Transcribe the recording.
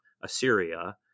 Assyria